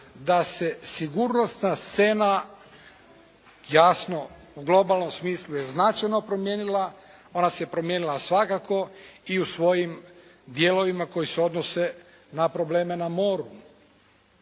da se sigurnosna scena jasno u globalnom smislu je značajno promijenila. Ona se promijenila svakako i u svojim dijelovima koji se odnose na probleme na moru.